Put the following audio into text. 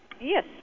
Yes